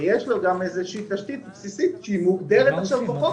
שיש לו גם איזו תשתית בסיסית שמוגדרת עכשיו בחוק.